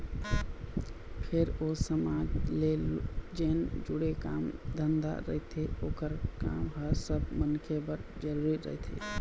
फेर ओ समाज ले जेन जुड़े काम धंधा रहिथे ओखर काम ह सब मनखे बर जरुरी रहिथे